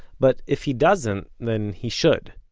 but if he doesn't then he should.